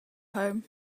home